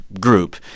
group